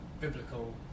biblical